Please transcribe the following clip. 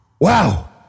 Wow